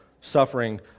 suffering